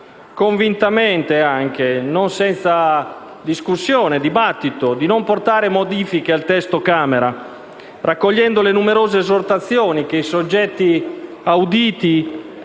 convintamente, non senza discussione e dibattito, di non apportare modifiche al testo Camera, raccogliendo le numerose esortazioni che i soggetti auditi